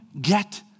get